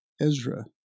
Ezra